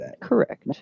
Correct